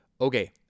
okay